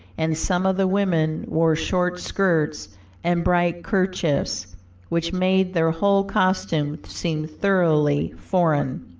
and some of the women wore short skirts and bright kerchiefs which made their whole costume seem thoroughly foreign.